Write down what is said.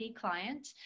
client